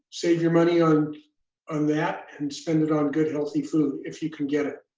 save your money on on that and spend it on good healthy food if you can get it.